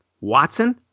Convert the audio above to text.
Watson